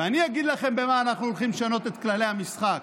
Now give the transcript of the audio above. ואני אגיד לכם במה אנחנו הולכים לשנות את כללי המשחק,